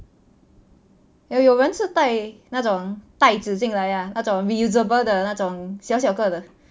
ya 有人是带那种袋子进来呀那种 reusable 的那种小小个的